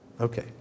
Okay